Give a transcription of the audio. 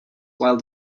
while